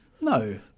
No